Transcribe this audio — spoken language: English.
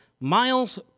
miles